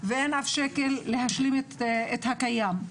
ואין אף שקל להשלים את הקיים.